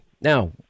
Now